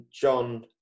John